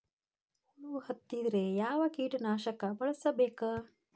ಹುಳು ಹತ್ತಿದ್ರೆ ಯಾವ ಕೇಟನಾಶಕ ಬಳಸಬೇಕ?